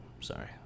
Sorry